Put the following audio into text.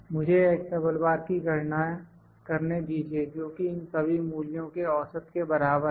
मुझे की गणना करने दीजिए जोकि इन सभी मूल्यों के औसत के बराबर है